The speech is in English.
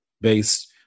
based